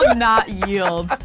not yield.